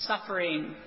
suffering